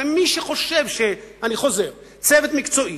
ומי שחושב, אני חוזר, שצוות מקצועי,